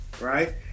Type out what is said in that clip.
right